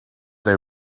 they